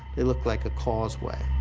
they looked like a causeway.